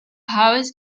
house